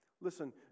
listen